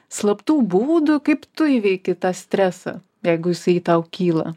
slaptų būdų kaip tu įveiki tą stresą jeigu jisai tau kyla